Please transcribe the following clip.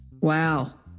Wow